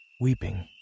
weeping